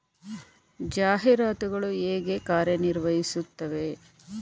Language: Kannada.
ಜಾಹೀರಾತುಗಳು ಹೇಗೆ ಕಾರ್ಯ ನಿರ್ವಹಿಸುತ್ತವೆ?